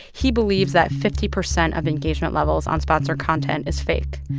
he believes that fifty percent of engagement levels on sponsored content is fake